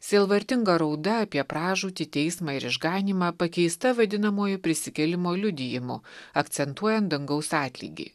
sielvartinga rauda apie pražūtį teismą ir išganymą pakeista vadinamuoju prisikėlimo liudijimu akcentuojant dangaus atlygį